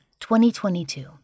2022